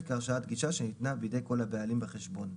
כהרשאת גישה שניתנה בידי כל הבעלים בחשבון.